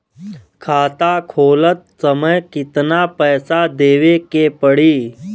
खाता खोलत समय कितना पैसा देवे के पड़ी?